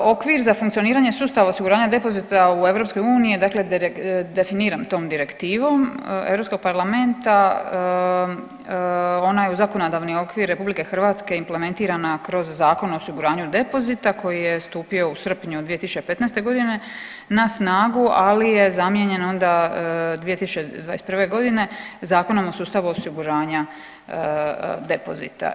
Okvir za funkcioniranje sustava osiguranja depozita u EU je dakle definiran tom direktivom EU parlamenta, ona je u zakonodavni okvir RH implementirana kroz Zakon o osiguranju depozita koji je stupio u srpnju 2015.g. na snagu, ali je zamijenjen onda 2021.g. Zakonom o sustavu osiguranja depozita.